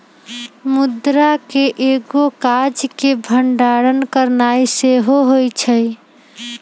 मुद्रा के एगो काज के भंडारण करनाइ सेहो होइ छइ